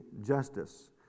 justice